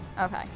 Okay